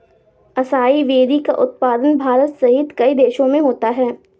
acai berry का उत्पादन भारत सहित कई देशों में होता है